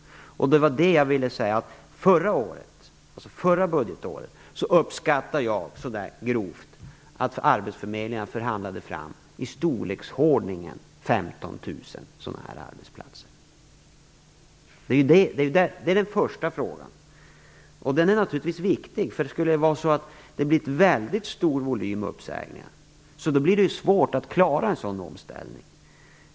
Förra budgetåret gjorde jag en grov uppskattning att arbetsförmedlingarna förhandlade fram i storleksordningen 15 000 sådana här arbetsplatser. Den här frågan är naturligtvis viktig. Om det skulle bli en väldigt stor volym uppsägningar blir det svårt att klara en sådan omställning.